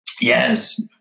Yes